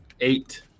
Eight